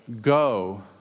Go